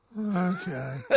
Okay